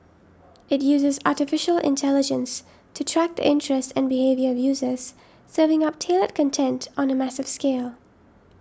it uses Artificial Intelligence to track the interests and behaviour of users serving up tailored content on a massive scale